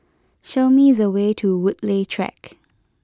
show me the way to Woodleigh Track